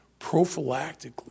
prophylactically